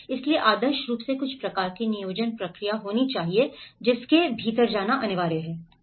इसलिए आदर्श रूप से कुछ प्रकार की नियोजन प्रक्रिया होनी चाहिए जिसके भीतर जाना है